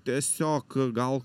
tiesiog gal